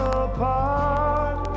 apart